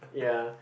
ya